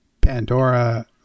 pandora